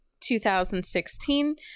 2016